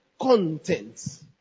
content